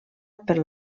pel